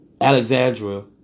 Alexandra